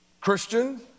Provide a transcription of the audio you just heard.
Christian